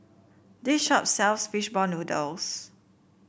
this shop sells fish ball noodles